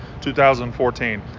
2014